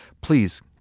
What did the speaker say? Please